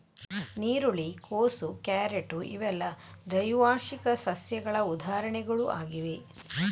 ನೀರುಳ್ಳಿ, ಕೋಸು, ಕ್ಯಾರೆಟ್ ಇವೆಲ್ಲ ದ್ವೈವಾರ್ಷಿಕ ಸಸ್ಯಗಳ ಉದಾಹರಣೆಗಳು ಆಗಿವೆ